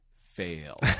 Fail